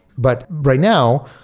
but right now,